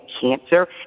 cancer